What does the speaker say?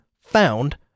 found